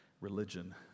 religion